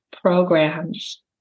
programs